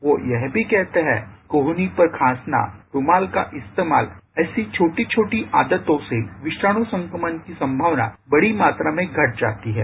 वो यह भी कहते हैं कि कोहनी पर खांसना रुमाल का इस्तेमाल ऐसी छोटी छोटी आदतों से विषाणु संक्रमण की संभावना बड़ी मात्रा में घट जाती है